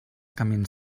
camins